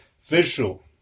visual